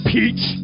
Peach